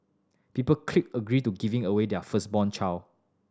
people clicked agree to giving away their firstborn child